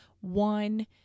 one